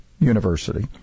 University